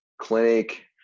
clinic